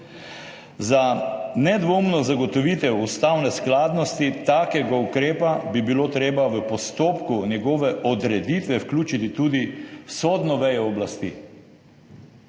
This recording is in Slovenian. Za nedvomno zagotovitev ustavne skladnosti takega ukrepa bi bilo treba v postopek njegove odreditve vključiti tudi sodno vejo oblasti.